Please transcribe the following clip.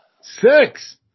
Six